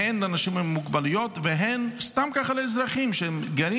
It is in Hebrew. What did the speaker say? הן לאנשים עם מוגבלויות והן סתם ככה לאזרחים שגרים